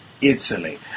Italy